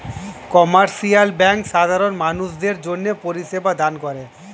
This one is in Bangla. কমার্শিয়াল ব্যাঙ্ক সাধারণ মানুষদের জন্যে পরিষেবা দান করে